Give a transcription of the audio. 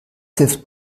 hilft